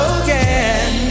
again